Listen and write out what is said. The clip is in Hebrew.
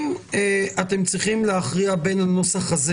אם אתם צריכים להכריע בין הנוסח הזה